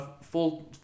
Full